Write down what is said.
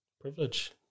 privilege